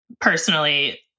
personally